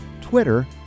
Twitter